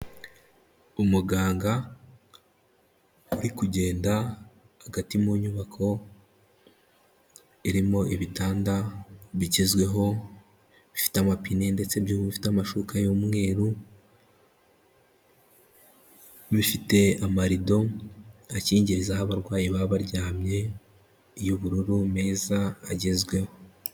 Umuganga urikugenda hagati mu nyubako irimo ibitanda bigezweho bifite amapine, ndetse bifite amashuka y'umweru, bifite amarido akingiriza aho abarwayi baba baryamye y'ubururu, meza agezweho.